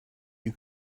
you